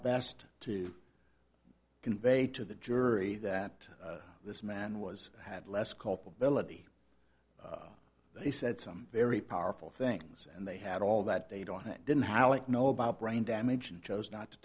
best to conveyed to the jury that this man was had less culpability they said some very powerful things and they had all that they don't didn't howlett know about brain damage and chose not to